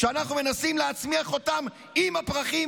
כשאנחנו מנסים להצמיח אותם עם הפרחים,